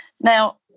Now